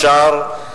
ישר.